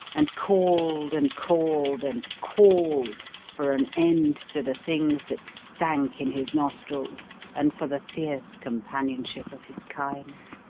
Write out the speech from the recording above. and called and called and called for an end to the things that stank in his nostrils and for the fierce companionship of his kind.